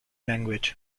language